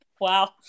Wow